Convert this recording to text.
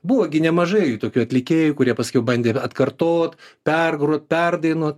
buvo gi nemažai tokių atlikėjų kurie paskiau bandė atkartot pergrot perdainuot